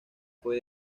fue